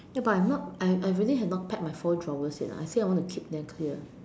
ya but not I I really have not packed my four drawers yet ah I said I want to keep them clear